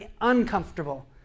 uncomfortable